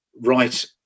right